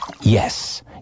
Yes